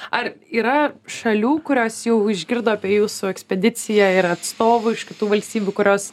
ar yra šalių kurios jau išgirdo apie jūsų ekspediciją yra atstovų iš kitų valstybių kurios